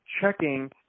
checking